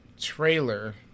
trailer